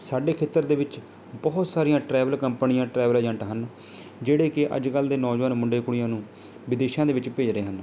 ਸਾਡੇ ਖੇਤਰ ਦੇ ਵਿੱਚ ਬਹੁਤ ਸਾਰੀਆਂ ਟਰੈਵਲ ਕੰਪਨੀਆਂ ਟਰੈਵਲ ਏਜੰਟ ਹਨ ਜਿਹੜੇ ਕਿ ਅੱਜ ਕੱਲ੍ਹ ਦੇ ਨੌਜਵਾਨ ਮੁੰਡੇ ਕੁੜੀਆਂ ਨੂੰ ਵਿਦੇਸ਼ਾਂ ਦੇ ਵਿੱਚ ਭੇਜ ਰਹੇ ਹਨ